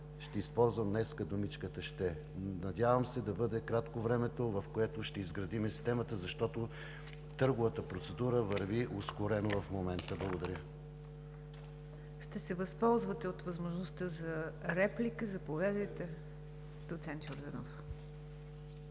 ще използвам днес думичката „ще“. Надявам се, да бъде кратко времето, в което ще изградим системата, защото търговата процедура върви ускорено в момента. Благодаря. ПРЕДСЕДАТЕЛ НИГЯР ДЖАФЕР: Ще се възползвате от възможността за реплика – заповядайте, доцент Йорданов.